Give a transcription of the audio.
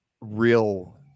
real